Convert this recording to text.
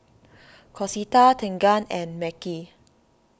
Concetta Tegan and Mekhi